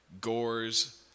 gores